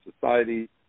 society